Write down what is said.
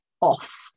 off